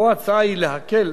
פה ההצעה היא להקל,